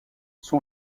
son